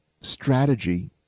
strategy